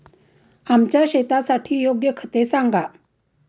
आमच्या शेतासाठी योग्य खते सांगा